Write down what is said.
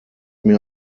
mir